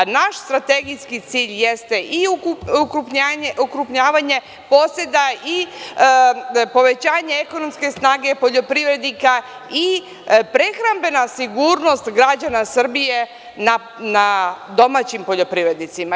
Naš strategijski cilj jeste i ukrupnjavanje poseda, i povećanje ekonomske snage poljoprivrednika i prehrambena sigurnost građana Srbije na domaćim poljoprivrednicima.